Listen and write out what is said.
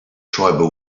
tribal